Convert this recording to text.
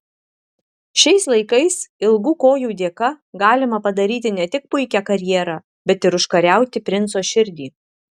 šiais laikais ilgų kojų dėka galima padaryti ne tik puikią karjerą bet ir užkariauti princo širdį